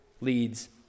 leads